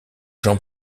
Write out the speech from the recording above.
jean